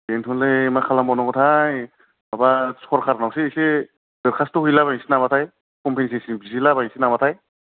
बेनोथ'लै मा खालामबावनांगौथाय माबा सरखारनावसो एसे दरखास्थ हैलाबायनोसै नामाथाय कमपेनसेसन बिहैलाबायनोसै नामाथाय